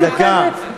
דקה.